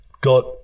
got